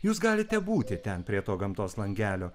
jūs galite būti ten prie to gamtos langelio